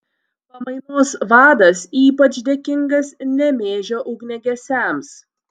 pamainos vadas ypač dėkingas nemėžio ugniagesiams